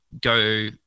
go